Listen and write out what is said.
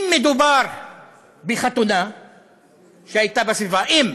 אם מדובר בחתונה שהייתה בסביבה, אם,